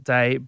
Day